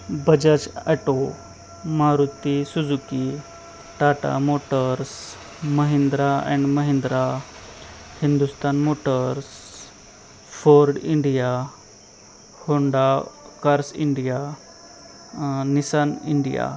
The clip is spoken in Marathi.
Bajaj auto Maruti Suzuki Tata motors Mahindra and Mahindra Hindustan motors Ford India Honda cars India Nissan India